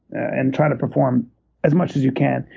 and try to perform as much as you can.